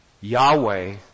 Yahweh